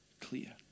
clear